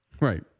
Right